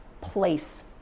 place